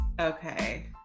okay